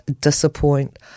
disappoint